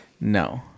No